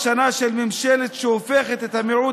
עוד שנה של ממשלה שהופכת את המיעוט